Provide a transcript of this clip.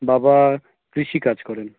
বাবা কৃষিকাজ করেন